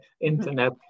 internet